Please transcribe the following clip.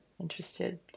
interested